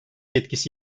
etkisi